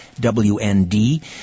WND